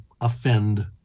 offend